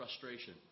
frustration